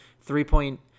three-point